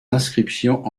inscriptions